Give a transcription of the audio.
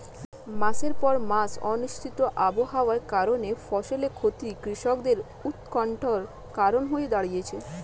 মাসের পর মাস অনিশ্চিত আবহাওয়ার কারণে ফসলের ক্ষতি কৃষকদের উৎকন্ঠার কারণ হয়ে দাঁড়িয়েছে